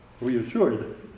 reassured